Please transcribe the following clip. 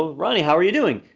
ah ronnie, how are you doing?